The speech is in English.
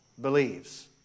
believes